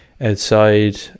outside